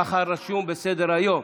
ככה רשום בסדר-היום.